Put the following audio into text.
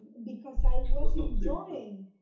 because i was enjoying,